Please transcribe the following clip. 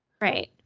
Right